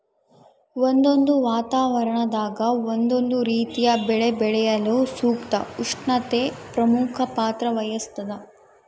ಒಂದೊಂದು ವಾತಾವರಣದಾಗ ಒಂದೊಂದು ರೀತಿಯ ಬೆಳೆ ಬೆಳೆಯಲು ಸೂಕ್ತ ಉಷ್ಣತೆ ಪ್ರಮುಖ ಪಾತ್ರ ವಹಿಸ್ತಾದ